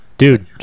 dude